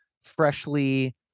freshly